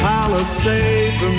Palisades